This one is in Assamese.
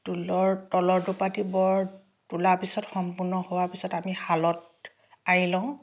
তোলৰ তলৰ দুপাটি বৰ তোলাৰ পিছত সম্পূৰ্ণ হোৱাৰ পিছত আমি শালত আঁৰি লওঁ